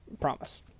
promise